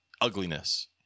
ugliness